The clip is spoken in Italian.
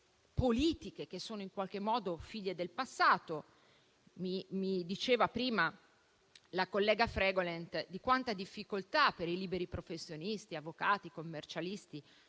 politiche che sono figlie del passato. Mi diceva prima la collega Fregolent quanta difficoltà per liberi professionisti, avvocati e commercialisti